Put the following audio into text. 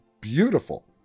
beautiful